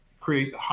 create